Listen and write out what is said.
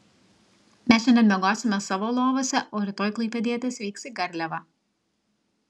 mes šiandien miegosime savo lovose o rytoj klaipėdietės vyks į garliavą